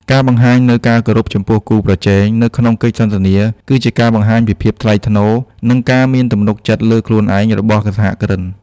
ការបង្ហាញនូវការគោរពចំពោះ "គូប្រជែង" នៅក្នុងកិច្ចសន្ទនា គឺជាការបង្ហាញពីភាពថ្លៃថ្នូរ និងការមានទំនុកចិត្តលើខ្លួនឯងរបស់សហគ្រិន។